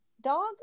Dog